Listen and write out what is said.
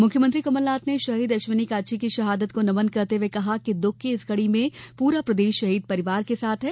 मुख्यमंत्री कमलनाथ ने शहीद अश्विनी काछी की शहादत को नमन करते हुये कहा कि दुख की इस घड़ी में पूरा प्रदेश शहीद परिवार के साथ है